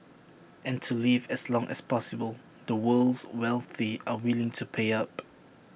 and to live as long as possible the world's wealthy are willing to pay up